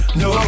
no